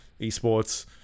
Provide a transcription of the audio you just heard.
esports